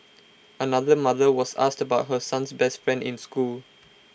another mother was asked about her son's best friend in school